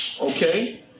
Okay